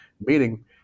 Meaning